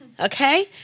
Okay